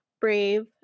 brave